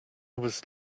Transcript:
was